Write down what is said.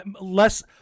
less